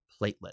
platelets